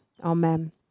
amen